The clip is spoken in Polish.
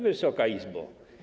Wysoka Izbo!